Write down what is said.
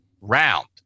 round